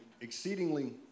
exceedingly